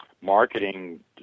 marketing